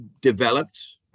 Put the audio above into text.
developed